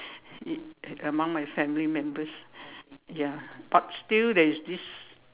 it among my family members ya but still there's this